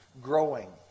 growing